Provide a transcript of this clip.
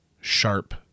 sharp